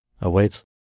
awaits